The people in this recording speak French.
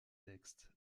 textes